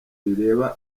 rireba